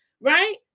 right